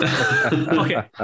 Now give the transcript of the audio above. Okay